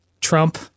Trump